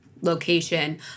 location